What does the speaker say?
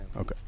Okay